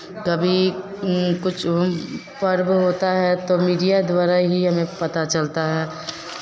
कभी कुछ पर्व होता है तो मीडिया द्वारा ही हमें पता चलता है